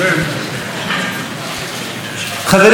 חברים,